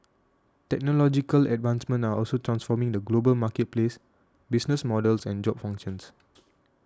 technological advancements are also transforming the global marketplace business models and job functions